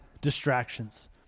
distractions